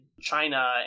China